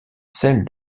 celle